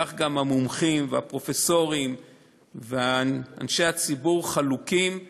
כך גם המומחים והפרופסורים ואנשי הציבור חלוקים בעמדותיהם,